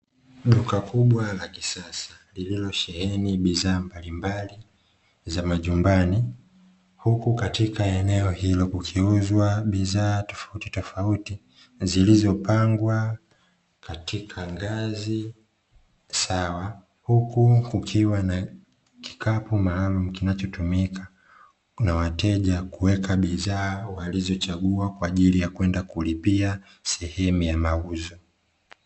Duka kubwa la kisasa lililosheheni bidhaa mbalimbali za majumbani ,huku katika eneo hilo kukiuzwa bidhaa tofautitofauti zilizopangwa katika ngazi sawa ,huku kukiwa na kikapu maalumu kinachotumika na wateja kuweka bidhaa walizochagua kwa ajili ya kwenda kulipia sehemu ya mauzo.